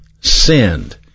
sinned